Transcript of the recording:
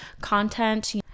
content